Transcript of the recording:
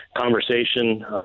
conversation